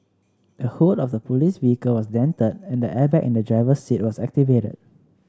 the hood of the police vehicle was dented and the airbag in the driver's seat was activated